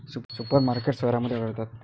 super markets शहरांमध्ये आढळतात